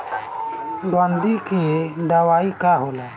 गंधी के दवाई का होला?